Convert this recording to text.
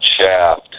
shaft